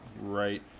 right